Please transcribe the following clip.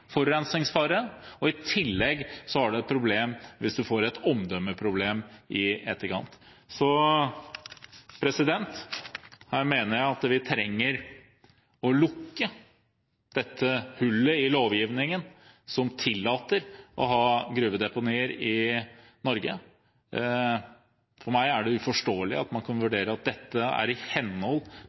forurensningsfare. I tillegg har man et problem hvis man får et omdømmeproblem i etterkant. Jeg mener vi trenger å lukke dette hullet i lovgivningen som tillater å ha gruvedeponier i Norge. For meg er det uforståelig at man kan vurdere det dit hen at dette er i henhold